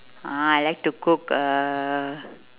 ah I like to cook uhh